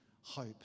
hope